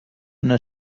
una